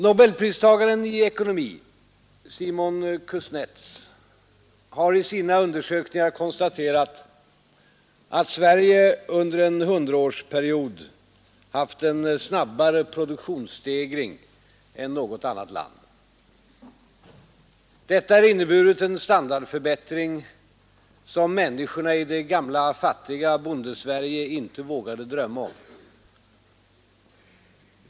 Nobelpristagaren i ekonomi, Simon Kusnetz, har i sina undersökningar konstaterat att Sverige under en 100-årsperiod haft en snabbare produktionsstegring än något annat land. Detta har inneburit en standardförbättring som människorna i det gamla fattiga Bondesverige inte vågade drömma om.